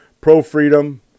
pro-freedom